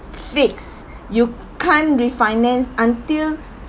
fixed you can't refinance until